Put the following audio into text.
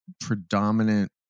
predominant